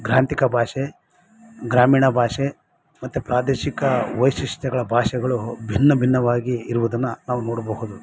ಗ್ರಾಂಥಿಕ ಭಾಷೆ ಗ್ರಾಮೀಣ ಭಾಷೆ ಮತ್ತು ಪ್ರಾದೇಶಿಕ ವೈಶಿಷ್ಟ್ಯಗಳ ಭಾಷೆಗಳು ಭಿನ್ನ ಭಿನ್ನವಾಗಿ ಇರುವುದನ್ನು ನಾವು ನೋಡಬಹುದು